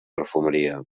perfumeria